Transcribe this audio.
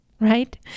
right